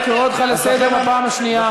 אני קורא אותך לסדר בפעם השנייה.